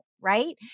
Right